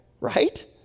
right